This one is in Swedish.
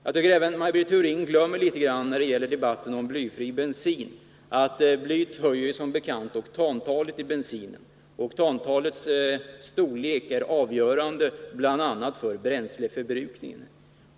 Jag tycker att Maj Britt Theorin i debatten om bly i bensin glömmer bort Om bilavgasernas att blyet — som bekant — höjer oktantalet i bensinen. Oktantalets storlek är — hälsooch miljöavgörande bl.a. för bränsleförbrukningen.